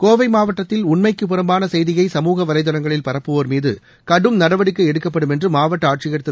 கோவை மாவட்டத்தில் உண்மைக்குப் புறம்பான செய்தியை சமூக வலைதளங்களில் பரப்புவோர் மீது கடும் நடவடிக்கை எடுக்கப்படும் என்று மாவட்ட ஆட்சியர் திரு